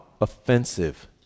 offensive